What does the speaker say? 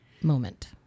moment